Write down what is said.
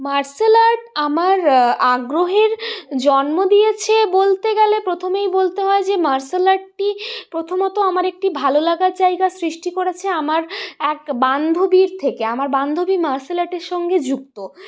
martial art আমার আগ্রহের জন্ম দিয়েছে বলতে গেলে প্রথমেই বলতে হয় যে মার্শাল আর্টটি প্রথমত আমার একটি ভালো লাগার জায়গা সৃষ্টি করেছে আমার এক বান্ধবীর থেকে আমার বান্ধবী মার্শাল আর্টের সঙ্গে যুক্ত